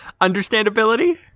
Understandability